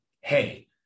hey